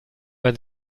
man